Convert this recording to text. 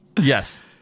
Yes